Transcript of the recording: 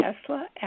Tesla